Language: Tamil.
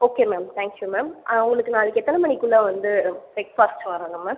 okay ma'am thank you ma'am உங்களுக்கு நாளைக்கு எத்தனை மணிக்குள்ளே வந்து ப்ரேக்ஃபாஸ்ட் வரனும் மேம்